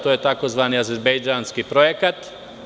To je takozvani azerbejdžanski projekat.